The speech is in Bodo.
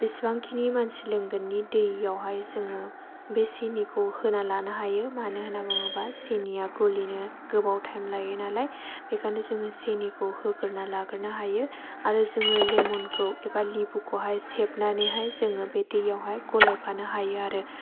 बेसेबांखिनि मानसि लोंगोननि दैयावहाय जोङो बे सिनिखौ होना लानो हायो मानो होनना बुङोबा सिनिया गलिनो गोबाव टाइम लायोनालाय बेखायनो जोङो सिनिखौ होग्रोना लाग्रोनो हायो आरो जोङो लेमनखौ एबा लिबुखौहाय सेबनानैहाय जोङो बे दैयावहाय गलायफानो हायो आरो